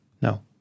no